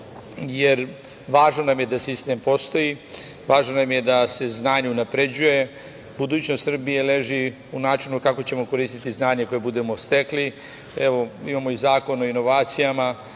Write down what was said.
jer važno nam je da sistem postoji, važno nam je da se znanje unapređuje, budućnost Srbije leži u načinu kako ćemo koristiti znanje koje budemo stekli. Evo, imamo i Zakon o inovacijama.